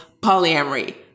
polyamory